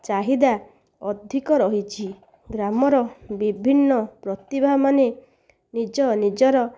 ଚାହିଦା ଅଧିକ ରହିଛି ଗ୍ରାମର ବିଭିନ୍ନ ପ୍ରତିଭା ମାନେ ନିଜ ନିଜର